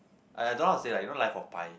!aiya! don't want how to say lah you know life-of-Pi